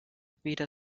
weder